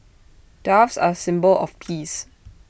doves are symbol of peace